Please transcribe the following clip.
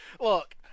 Look